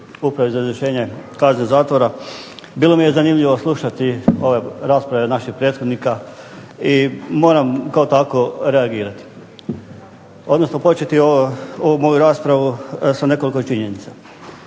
Upravi za izvršenje kazne zatvora, bilo mi je zanimljivo slušati ove rasprave naših prethodnika, i moram upravo tako reagirati, odnosno početi ovu moju raspravu sa nekoliko činjenica.